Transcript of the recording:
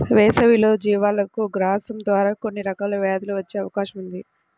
వేసవిలో జీవాలకు గ్రాసం ద్వారా కొన్ని రకాల వ్యాధులు వచ్చే అవకాశం ఉంది